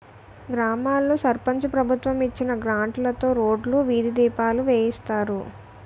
గ్రామాల్లో సర్పంచు ప్రభుత్వం ఇచ్చిన గ్రాంట్లుతో రోడ్లు, వీధి దీపాలు వేయిస్తారు